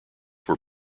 were